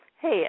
hey